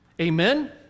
Amen